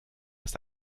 ist